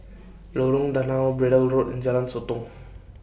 Lorong Danau Braddell Road and Jalan Sotong